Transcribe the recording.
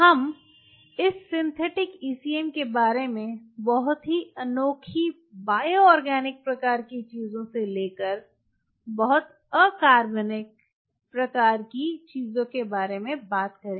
हम इस synthetic ECM के बारे में बहुत ही अनोखी बायोआर्गेनिक प्रकार की चीजों से लेकर बहुत अकार्बनिक प्रकार की चीजों के बारे में बात करेंगे